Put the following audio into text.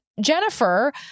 Jennifer